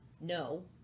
no